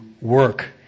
work